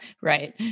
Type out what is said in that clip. Right